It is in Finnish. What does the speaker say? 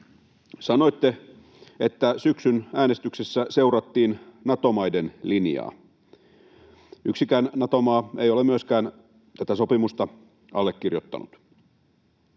Sanoitte, että syksyn äänestyksessä seurattiin Nato-maiden linjaa. Yksikään Nato-maa ei ole myöskään tätä sopimusta allekirjoittanut.